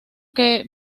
que